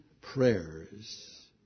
prayers